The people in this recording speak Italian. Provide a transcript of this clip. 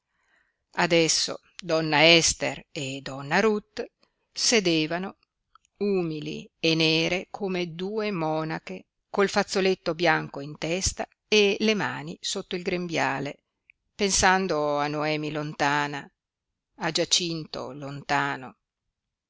adesso donna ester e donna ruth sedevano umili e nere come due monache col fazzoletto bianco in testa e le mani sotto il grembiale pensando a noemi lontana a giacinto lontano